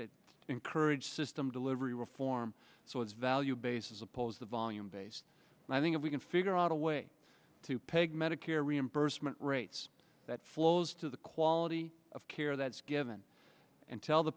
that encourage system to lose very reform so its value base is oppose the volume base and i think if we can figure out a way to peg medicare reimbursement rates that flows to the quality of care that's given and tell the